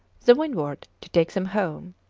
the windward, to take them home.